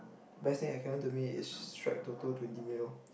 best thing that can happen to me is strike Toto twenty mil